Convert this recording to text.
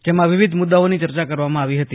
જેમાં વિવિધ મુદ્દાઓની ચર્ચા કરવામાં આવી હતી